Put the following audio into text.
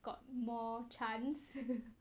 got more chance